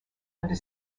under